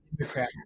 Democrat